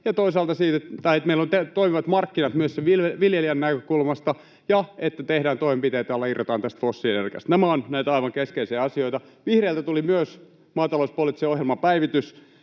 vastataan tai että meillä on toimivat markkinat myös sen viljelijän näkökulmasta ja että tehdään toimenpiteitä, joilla irrottaudutaan tästä fossiilienergiasta. Nämä ovat näitä aivan keskeisiä asioita. Vihreiltä tuli myös maatalouspoliittisen ohjelman päivitys